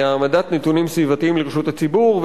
העמדת נתונים סביבתיים לרשות הציבור,